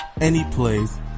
anyplace